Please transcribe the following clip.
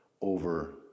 over